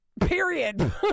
Period